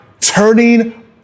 turning